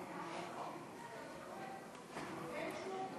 אנחנו עוברים